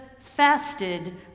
fasted